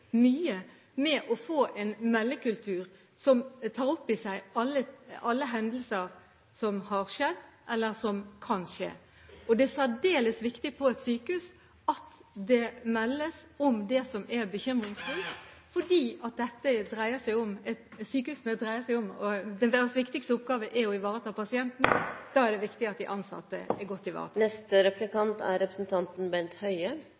mye med å få en meldekultur som tar opp i seg alle hendelser som har skjedd, eller som kan skje. Det er særdeles viktig på et sykehus at det meldes om det som er bekymringsfullt, fordi deres viktigste oppgave er å ivareta pasienten. Da er det viktig at de ansatte er godt ivaretatt. I Stortinget 10. juni 2011 sa statsråden: «For å lykkes med omstillingen er det viktig at